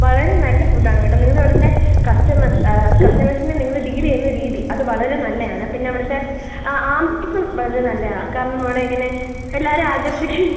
വളരെ നല്ല ഫുഡ് ആണ് കേട്ടോ നിങ്ങൾ അവിടുത്തെ കസ്റ്റമേഴ്സ് കസ്റ്റമേഴ്സിനെ നിങ്ങൾ ഡീൽ ചെയ്യുന്ന രീതി അത് വളരെ നല്ലയാണ് പിന്നെ അവിടുത്തെ ആംബിയൻസും വളരെ നല്ലതാ കാരണം അവിടെ ഇങ്ങനെ എല്ലാവരെയും ആകർഷിക്കും